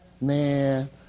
man